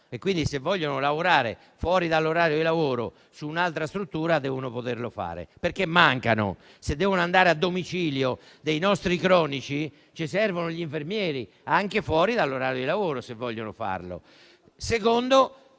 e quindi, se vogliono lavorare fuori dall'orario di lavoro in un'altra struttura, devono poterlo fare, perché mancano; e, se devono recarsi nel domicilio dei malati cronici, servono gli infermieri anche fuori dall'orario di lavoro, se vogliono farlo.